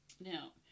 Now